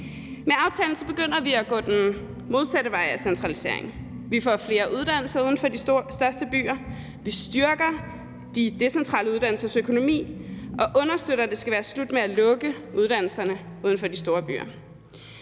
Med aftalen begynder vi at gå den modsatte vej af centralisering. Vi får flere uddannelser uden for de største byer; vi styrker de decentrale uddannelsers økonomi og understøtter, at det skal være slut med at lukke uddannelser uden for de store byer.